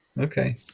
Okay